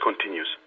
continues